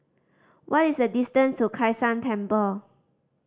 what is the distance to Kai San Temple